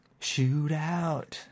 Shootout